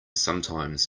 sometimes